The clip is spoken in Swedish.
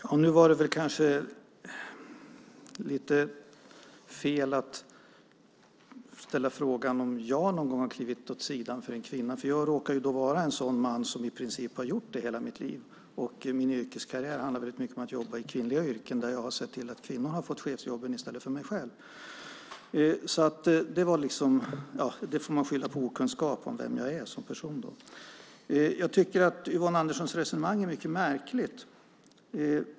Herr talman! Det var kanske lite fel att ställa frågan om ifall jag någon gång har klivit åt sidan för en kvinna. Jag råkar vara en sådan man som i princip har gjort det i hela mitt liv. Min yrkeskarriär handlar mycket om att jobba i kvinnliga yrken, där jag har sett till att kvinnor har fått chefsjobben i stället för jag själv. Detta får man väl skylla på okunskap om vem jag är som person. Jag tycker att Yvonne Anderssons resonemang är mycket märkligt.